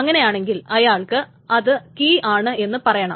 അങ്ങനെയാണെങ്കിൽ അയാൾക്ക് അത് കീ ആണ് എന്ന് പറയണം